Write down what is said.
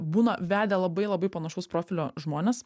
būna vedę labai labai panašaus profilio žmones